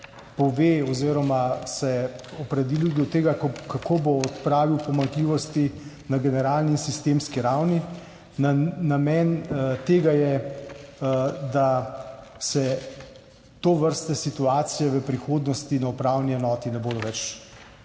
pove oziroma se opredeli do tega, kako bo odpravil pomanjkljivosti na generalni sistemski ravni. Namen tega je, da se tovrstne situacije v prihodnosti na upravni enoti ne bodo več